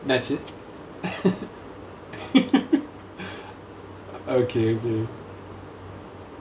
என்னாச்சு:ennaachu என் தம்பி வந்தானா:en thambi vandhaanaa